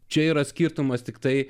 čia yra skirtumas tiktai